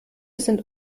sind